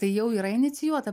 tai jau yra inicijuota